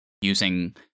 using